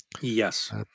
Yes